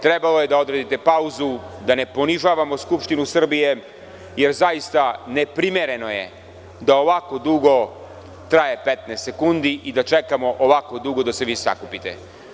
Trebalo je da odredite pauzu, da ne ponižavamo Skupštinu Srbije, jer zaista neprimereno je da ovako dugo traje 15 sekundi i da čekamo ovako dugo da se vi sakupite.